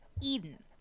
Eden